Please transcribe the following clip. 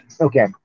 okay